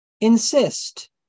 Insist